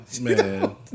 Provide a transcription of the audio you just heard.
Man